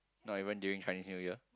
not even during Chinese New Year